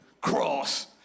cross